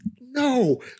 no